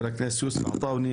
יוסף עטאוונה,